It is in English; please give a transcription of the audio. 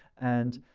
and,